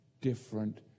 different